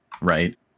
right